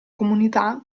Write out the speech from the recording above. comunità